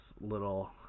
little